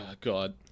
god